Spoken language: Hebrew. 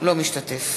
משתתף